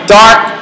dark